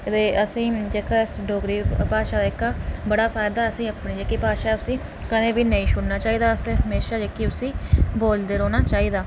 असें गी डोगरी भाशा दा जेह्का बड़ा फायदा ऐ जेह्का असेंगी कदें बी नेईं छोड़ना चाहिदा म्हेंशां उसी बोलदे रौह्ना चाहिदा